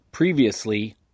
Previously